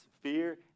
fear